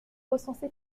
recensé